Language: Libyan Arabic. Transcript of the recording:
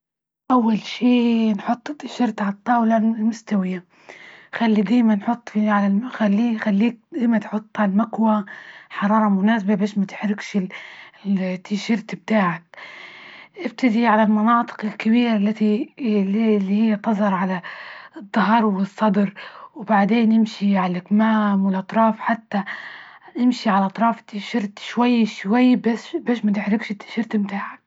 أول شي نحط التيشرت على الطاولة المستوية، خلي ديما نحط في على خليه- خليه ديما تحطها عالمكواة حرارة مناسبة بش ما تحرقش ال تي- شيرت بتاعك ابتدي على المناطق الكبيرة التي إللي هي تظهر على الدهر والصدر وبعدين يمشي على الكمام والأطراف حتى يمشي على أطراف التيشيرت شوي شوي، بش ما تحرقش التيشيرت متاعك.